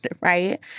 right